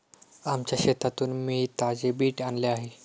आमच्या शेतातून मी ताजे बीट आणले आहे